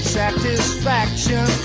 satisfaction